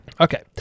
Okay